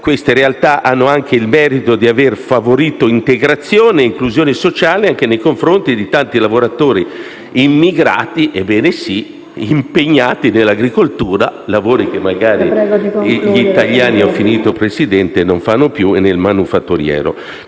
Queste realtà hanno anche il merito di aver favorito integrazione e inclusione sociale anche nei confronti di tanti lavoratori immigrati - ebbene sì - impegnati nell'agricoltura (cioè in lavori che magari gli italiani non fanno più) e nel manifatturiero.